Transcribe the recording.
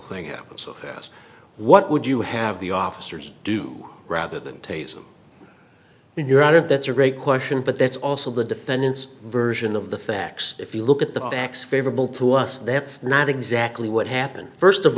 thing happened so fast what would you have the officers do rather than taser when you're out of that's a great question but that's also the defendant's version of the facts if you look at the facts favorable to us that's not exactly what happened st of